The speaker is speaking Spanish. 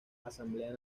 asamblea